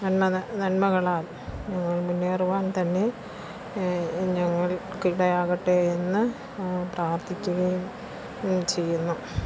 നന്മത നന്മകളാൽ മുന്നേറുവാൻ തന്നെ ഞങ്ങൾക്കിടയാകട്ടെയെന്ന് പ്രാർത്ഥിക്കുകയും ചെയ്യുന്നു